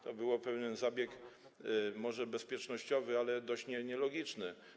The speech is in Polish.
To był pewien zabieg może bezpiecznościowy, ale dość nielogiczny.